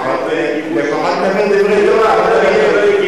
לפחות נדבר דברי תורה, לא נדבר,